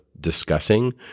discussing